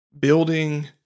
Building